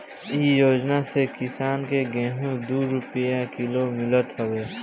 इ योजना से किसान के गेंहू दू रूपिया किलो मितल हवे